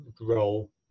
role